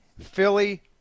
Philly